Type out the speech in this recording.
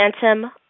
Phantom